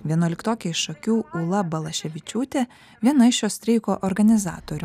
vienuoliktokė iš šakių ūla balaševičiūtė viena iš šio streiko organizatorių